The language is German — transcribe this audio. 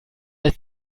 als